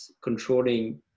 controlling